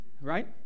right